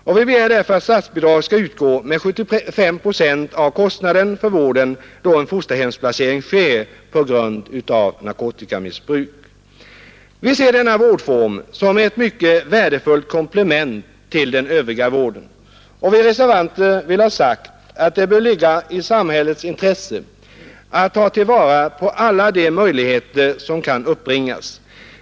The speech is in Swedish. Och vi begär därför att statsbidrag skall utgå med 75 procent av kostnaden för vården då en fosterhemsplacering sker på grund av narkotikamissbruk. Vi ser denna vårdform som ett mycket värdefullt komplement till den övriga vården. Och vi reservanter vill ha sagt att det bör ligga i samhällets intresse att ta till vara alla de möjligheter som kan uppbringas.